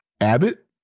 Abbott